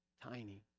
tiny